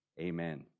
Amen